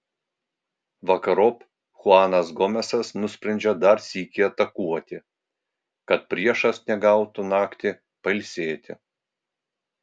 vakarop chuanas gomesas nusprendžia dar sykį atakuoti kad priešas negautų naktį pailsėti